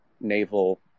naval